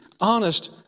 honest